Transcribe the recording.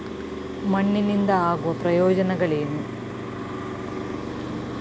ಮಣ್ಣಿನಿಂದ ಆಗುವ ಪ್ರಯೋಜನಗಳೇನು?